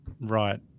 Right